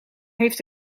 heeft